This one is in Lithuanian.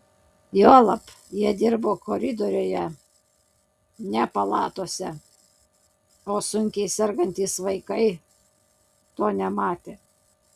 juolab jie dirbo koridoriuje ne palatose o sunkiai sergantys vaikai to nematė